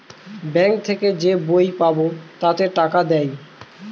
bank থেকে যে বই পাবো তাতে টাকা দেয়